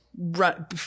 Run